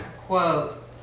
quote